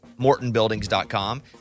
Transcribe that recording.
mortonbuildings.com